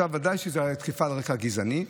ודאי שזאת הייתה תקיפה על רקע גזעני.